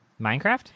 Minecraft